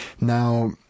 Now